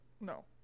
No